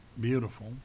beautiful